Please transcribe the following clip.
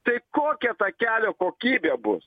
tai kokia ta kelio kokybė bus